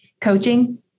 coaching